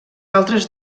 altres